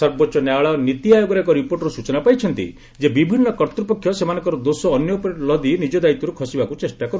ସର୍ବୋଚ୍ଚ ନ୍ୟାୟାଳୟ ନୀତି ଆୟୋଗର ଏକ ରିପୋର୍ଟରୁ ସ୍ଟଚନା ପାଇଛନ୍ତି ଯେ ବିଭିନ୍ନ କର୍ତ୍ତ୍ୱପକ୍ଷ ସେମାନଙ୍କର ଦୋଷ ଅନ୍ୟ ଉପରେ ଲଦି ନିକ ଦାୟିତ୍ୱରୁ ଖସିବାକୁ ଚେଷ୍ଟା କରୁଛନ୍ତି